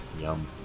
Yum